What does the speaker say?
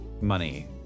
money